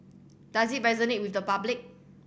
does it resonate with the public